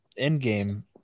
endgame